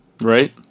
Right